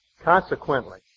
Consequently